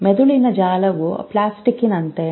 ಮೆದುಳಿನ ಜಾಲವು ಪ್ಲಾಸ್ಟಿಕ್ನಂತಿದೆ